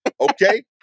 Okay